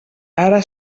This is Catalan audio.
ara